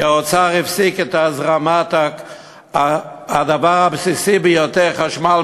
כי האוצר הפסיק את הזרמת הדבר הבסיסי ביותר: חשמל,